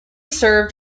served